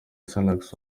salax